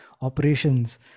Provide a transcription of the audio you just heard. operations